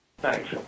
Thanks